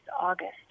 August